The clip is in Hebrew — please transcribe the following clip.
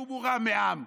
שהוא מורם מעם,